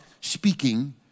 speaking